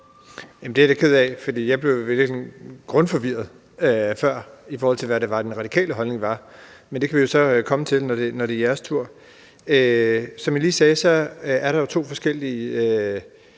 Det er jeg da ked af, for jeg blev egentlig sådan grundforvirret før, i forhold til hvad det var, den radikale holdning var. Men det kan vi jo så komme til, når det er jeres tur. Som jeg lige sagde, er der jo to forskellige